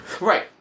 right